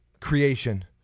creation